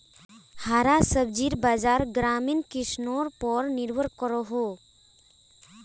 हरा सब्जिर बाज़ार ग्रामीण किसनर पोर निर्भर करोह